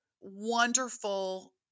wonderful